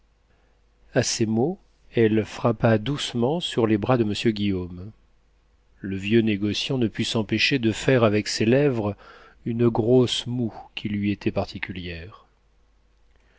a ces mots elle frappa doucement sur les bras de monsieur guillaume le vieux négociant ne put s'empêcher de faire avec ses lèvres une grosse moue qui lui était particulière